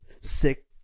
sick